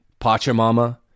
Pachamama